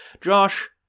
Josh